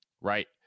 right